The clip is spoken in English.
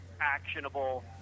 actionable